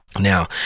Now